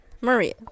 Maria